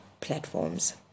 platforms